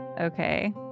Okay